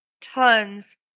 tons